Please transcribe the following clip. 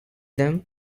them